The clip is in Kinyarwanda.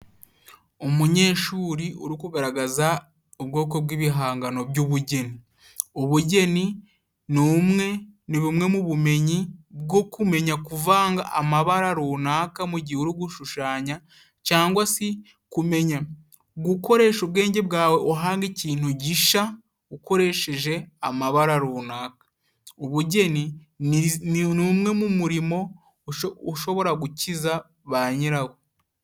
Umunyeshuri uri kugaragaza ubwoko bw'ibihangano by'ubugeni. Ubugeni ni bumwe mu bumenyi bwo kumenya， kuvanga amabara runaka, mu gihe urigushushanya cyangwa se kumenya， gukoresha ubwenge bwawe, uhanga ikintu gishya, ukoresheje amabara runaka, ubugeni ni umwe mu murimo ushobora gukiza ba nyirawo.